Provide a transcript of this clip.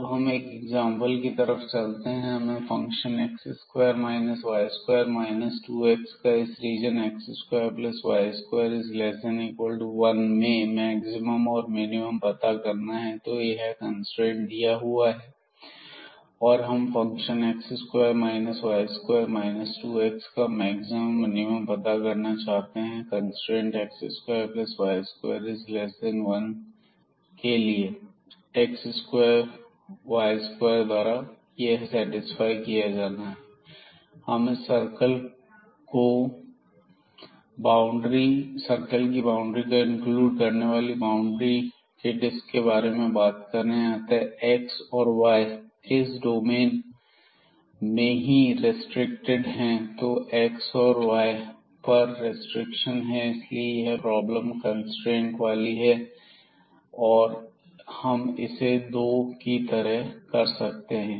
अब हम एक एग्जांपल की तरफ चलते हैं हमें इस फंक्शन x2 y2 2x का इस रीजन x2y2≤1 में मैक्सिमम और मिनिमम पता करना है तो यह कंस्ट्रेंट दिया हुआ है और हम फंक्शन x2 y2 2x का मैक्सिमम मिनिमम पता करना चाहते हैं कंस्ट्रेंट x2y2≤1 एक्स और वाई द्वारा सेटिस्फाई किया जाता है हम इस सर्किल को की बाउंड्री को इंक्लूड करने वाली बाउंड्री डिस्क के बारे में बात कर रहे हैं अतः एक्स और वाई इस डोमेन में ही रिस्ट्रिक्टेड हैं तो यहां एक्स वाय पर रिस्ट्रिक्शन है इसलिए यह प्रॉब्लम कंस्ट्रेंट वाली है और हम इसे 2 तरह से कर सकते हैं